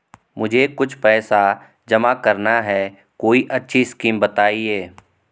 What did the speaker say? मुझे कुछ पैसा जमा करना है कोई अच्छी स्कीम बताइये?